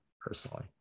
personally